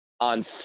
on